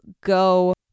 go